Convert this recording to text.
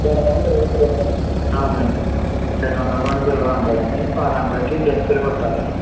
అవునండి రెండు వందల మంది పిల్లలుంటారా అండి అవునండి రెండు వందల మంది పిల్లలుంటారు అండి వాళ్లందరికీ జెర్సీలు కుట్టాలి